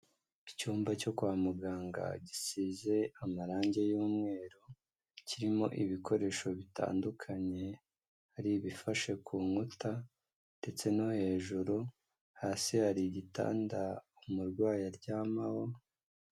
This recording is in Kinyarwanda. Icyumba cyo kwa muganga gisize amarangi y'umweru, kirimo ibikoresho bitandukanye, hari ibifashe ku nkuta, ndetse no hejuru, hasi hari igitanda umurwayi aryamaho.